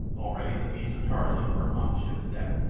already the beasts of tarzan were upon the ship's deck,